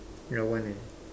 ya one eh